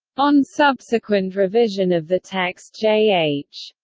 on subsequent revision of the text j h.